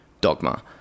dogma